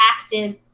active